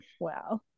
Wow